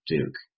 Duke